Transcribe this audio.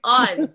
on